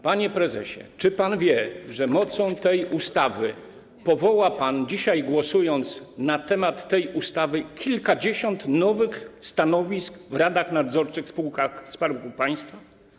Panie prezesie, czy pan wie, że mocą tej ustawy powoła pan, dzisiaj głosując na temat tej ustawy, kilkadziesiąt nowych stanowisk w radach nadzorczych, spółkach Skarbu Państwa?